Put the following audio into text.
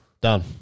Done